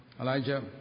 Elijah